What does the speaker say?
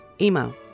Email